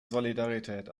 solidarität